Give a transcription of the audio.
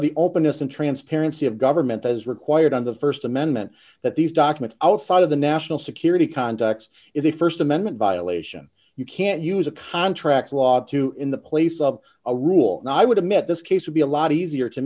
of the openness and transparency of government as required on the st amendment that these documents outside of the national security context is a st amendment violation you can't use a contract law to in the place of a rule no i would have met this case would be a lot easier to